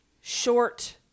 short